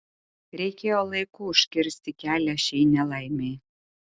reikėjo laiku užkirsti kelią šiai nelaimei